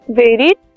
varied